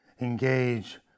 engage